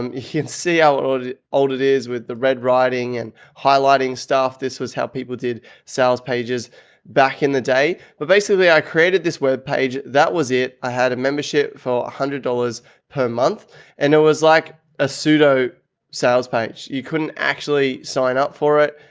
um you can see how old old it is with the red writing and highlighting staff. this was how people did sales pages back in the day. but basically i created this web page. that was it. i had a membership for one hundred dollars per month and it was like a pseudo sales page. you couldn't actually sign up for it.